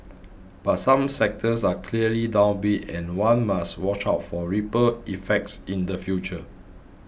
but some sectors are clearly downbeat and one must watch out for ripple effects in the future